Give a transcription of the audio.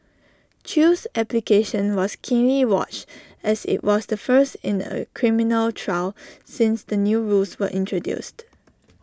chew's application was keenly watched as IT was the first in A criminal trial since the new rules were introduced